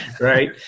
right